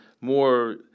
more